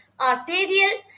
arterial